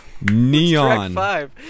neon